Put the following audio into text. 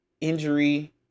injury